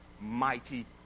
mighty